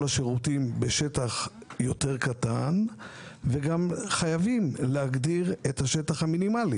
השירותים בשטח יותר קטן וגם חייבים להגדיר את השטח המינימלי